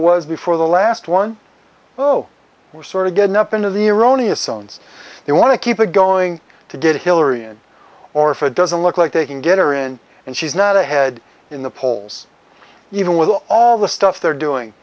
was before the last one oh we're sort of getting up into the erroneous owns they want to keep it going to get hillary in or if it doesn't look like they can get her in and she's not ahead in the polls even with all the stuff they're doing